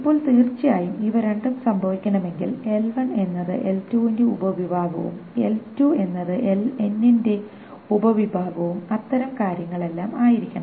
ഇപ്പോൾ തീർച്ചയായും ഇവ രണ്ടും സംഭവിക്കണമെങ്കിൽ L1 എന്നത് L2 ന്റെ ഉപവിഭാഗവും L2 എന്നത് Ln ന്റെ ഉപവിഭാഗവും അത്തരം കാര്യങ്ങളെല്ലാം ആയിരിക്കണം